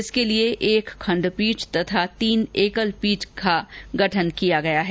इसके लिए एक खंडपीठ तथा तीन एकलपीठ का गठन किया गया है